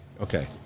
Okay